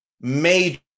Major